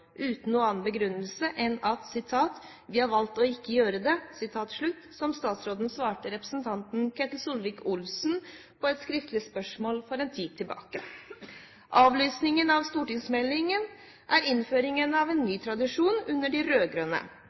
uten noen annen begrunnelse enn at vi har valgt å ikke gjøre det, som statsråden svarte representanten Ketil Solvik-Olsen på et skriftlig spørsmål for en tid tilbake. Avlysningen av stortingsmeldingen er innført som ny tradisjon under de